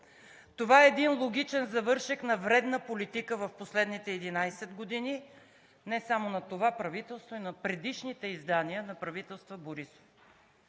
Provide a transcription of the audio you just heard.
Това е един логичен завършек на вредна политика в последните 11 години не само на това правителство, а и на предишните издания на правителствата Борисов.